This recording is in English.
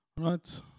right